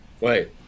wait